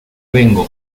vengo